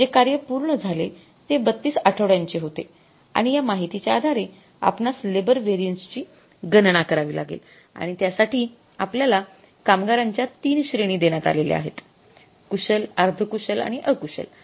जे कार्य पूर्ण झाले ते ३२ आठवड्यांचे होते आणि या माहितीच्या आधारे आपणास लेबर व्हेरिएन्स ची गणना करावी लागेल आणि त्यासाठी आपल्याला कामगारांच्या ३ श्रेणी देण्यात आलेल्या आहेत कुशल अर्धकुशल आणि अकुशल